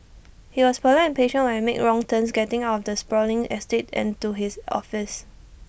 he was polite and patient when I made wrong turns getting out of the sprawling estate and to his office